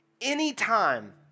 anytime